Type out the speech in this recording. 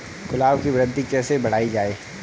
गुलाब की वृद्धि कैसे बढ़ाई जाए?